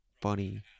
funny